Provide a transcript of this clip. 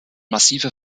massive